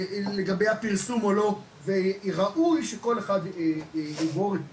לגבי הפרסום או לא וראוי שכל אחד יברור את דבריו,